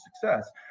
success